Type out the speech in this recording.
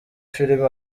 filime